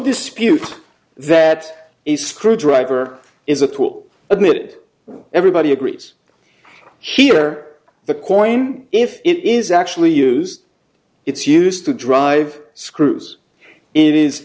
dispute that a screwdriver is a tool admitted everybody agrees here the coin if it is actually used it's used to drive screws it is